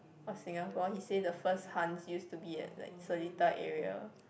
of Singapore he say the first hans use to be at like Seletar area